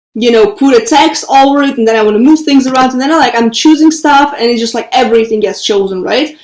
you know, put a text alright, and then i want to move things around. and then i like i'm choosing stuff and it's and just like everything gets chosen, right.